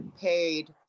paid